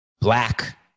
black